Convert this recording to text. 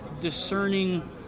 discerning